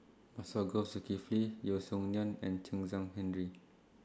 Masagos Zulkifli Yeo Song Nian and Chen Zhan Henri